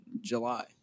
July